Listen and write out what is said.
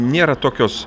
nėra tokios